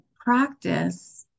practice